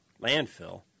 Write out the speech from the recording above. landfill